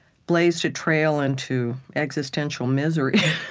blazed a trail into existential misery.